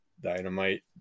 Dynamite